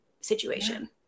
situation